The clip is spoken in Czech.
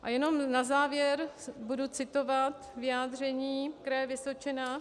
A jenom na závěr budu citovat vyjádření kraje Vysočina: